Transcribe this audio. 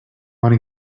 wanna